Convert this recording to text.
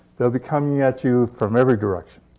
they'll be coming at you from every direction.